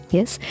Yes